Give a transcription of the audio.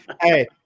Hey